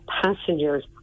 passengers